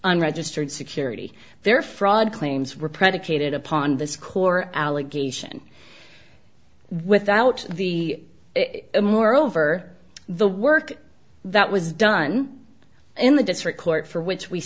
unregistered security there fraud claims were predicated upon the score allegation without the more over the work that was done in the district court for which we